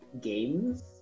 games